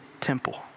temple